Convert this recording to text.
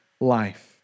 life